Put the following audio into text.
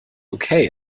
okay